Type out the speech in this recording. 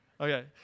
okay